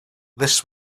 this